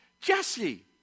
Jesse